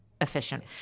efficient